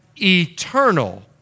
eternal